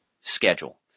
schedule